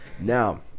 Now